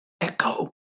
echo